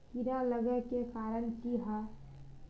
कीड़ा लागे के कारण की हाँ?